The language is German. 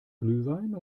glühwein